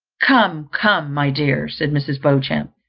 come, come, my dear, said mrs. beauchamp,